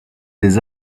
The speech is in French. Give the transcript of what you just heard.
des